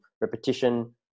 repetition